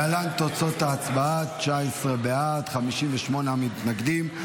להלן תוצאות ההצבעה: 19 בעד, 58 מתנגדים.